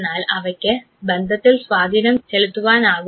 എന്നാൽ അവയ്ക് ബന്ധത്തിൽ സ്വാധീനം ചെലുത്തുവാനാകും